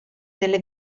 nelle